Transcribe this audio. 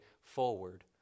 forward